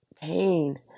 pain